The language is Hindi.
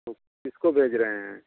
तो किसको भेज रहे हैं